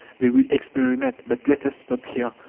they will experiment. but let us stop here,